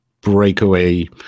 breakaway